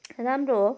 राम्रो हो